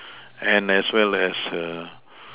and as well as err